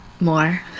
more